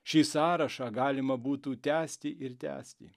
šį sąrašą galima būtų tęsti ir tęsti